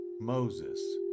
Moses